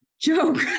joke